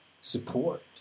support